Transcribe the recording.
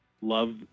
love